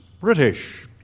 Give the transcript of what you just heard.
British